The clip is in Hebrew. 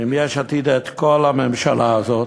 עם יש עתיד את כל הממשלה הזאת,